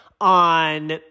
on